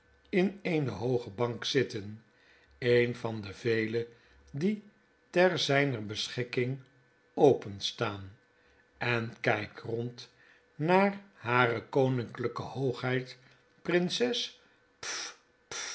in eene hooge bank zitten een van de vele die ter zijner beschikking openstaan en kijkt rond naar hare koninklpe hoogheid prinses